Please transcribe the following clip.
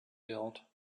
built